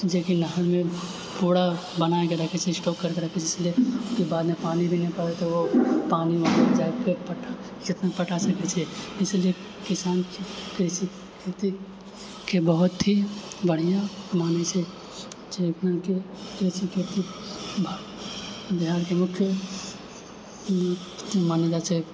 जेकि नहरमे फोड़ा बनाके रखै छै स्टॉक करिके रखै छै इसलिए कि बादमे पानी भी नहि पड़ै तऽ ओ पानी वहाँ मिल जाइ खेत पटा खेतमे पटा सकै छै इसीलिए किसान कृषि खेतीके बहुत ही बढ़िआँ मानै छै जाहिमेकि कृषि खेतीके बिहारके मुख्य मानल जाइ छै